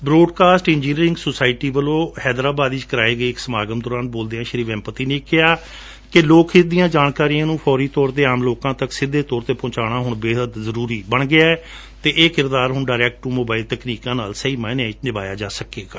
broadcast engineering society ਵੱਲੋ ਹੈਦਰਾਬਾਦ ਵਿਚ ਕਰਵਾਏ ਗਏ ਇਕ ਸਮਾਗਮ ਦੌਰਾਨ ਬੋਲਦਿਆਂ ਸ਼ੀ ਵੈਮਪਤੀ ਨੇ ਕਿਹਾ ਕਿ ਲੋਕਹਿਤ ਦੀਆਂ ਜਾਣਕਾਰੀਆਂ ਨੂੰ ਫੌਰੀ ਤੌਰ ਤੇ ਆਮ ਲੋਕਾਂ ਤੱਕ ਸਿੱਧੇ ਤੌਰ ਤੇ ਪਹੁੰਚਾਉਣਾ ਹੁਣ ਬੇਹਦ ਜਰੁਰੀ ਬਣ ਗਿਐ ਅਤੇ ਇਹ ਕਿਰਦਾਰ ਹੁਣ ਡਾਇਰੈਕਟ ਟੁ ਮੋਬਾਇਲ ਤਕਨੀਕਾਂ ਨਾਲ ਸਹੀ ਮਾਇਨਿਆਂ ਵਿਚ ਨਿਭਾਇਆ ਜਾ ਸਕੇਗਾ